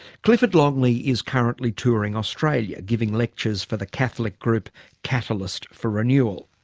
clifford longley is currently touring australia, giving lectures for the catholic group catalyst for renewal.